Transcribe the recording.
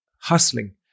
hustling